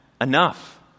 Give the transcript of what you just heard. enough